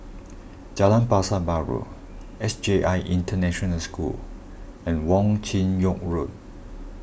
Jalan Pasar Baru S J I International School and Wong Chin Yoke Road